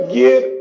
get